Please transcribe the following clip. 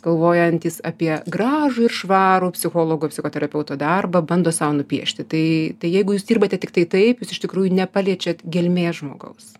galvojantys apie gražų ir švarų psichologo psichoterapeuto darbą bando sau nupiešti tai tai jeigu jūs dirbate tiktai taip jūs iš tikrųjų nepaliečiat gelmės žmogaus